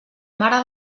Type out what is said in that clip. mare